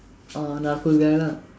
uh Narcos guy lah